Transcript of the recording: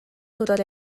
турар